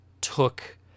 took